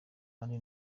kandi